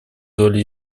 долю